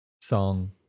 song